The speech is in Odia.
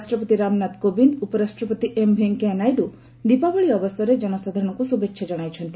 ରାଷ୍ଟ୍ରପତି ରାମନାଥ କୋବିନ୍ଦ ଉପରାଷ୍ଟ୍ରପତି ଏମ୍ ଭେଙ୍କୟାନାଇଡ଼ୁ ଦୀପାବଳି ଅବସରରେ ଜନସାଧାରଣଙ୍କୁ ଶୁଭେଚ୍ଛା ଜଣାଇଛନ୍ତି